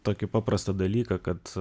tokį paprastą dalyką kad